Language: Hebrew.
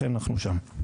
לכן אנחנו שם.